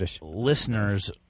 listeners